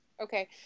Okay